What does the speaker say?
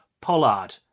Pollard